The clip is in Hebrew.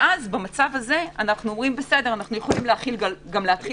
ואז אנו אומרים: אפשר להתחיל גם ב-2,000.